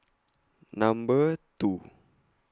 Number two